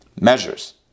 measures